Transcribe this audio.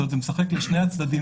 זאת אומרת זה משחק לשני הצדדים,